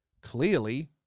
clearly